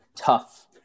tough